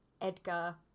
Edgar